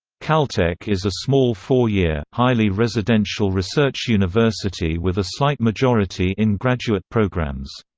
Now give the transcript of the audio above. caltech is a small four-year, highly residential research university with a slight majority in graduate programs.